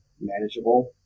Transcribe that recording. manageable